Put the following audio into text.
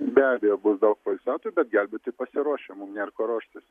be abejo bus daug poilsiautojų bet gelbėti pasiruošę mum nėr ko ruoštis